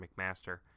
McMaster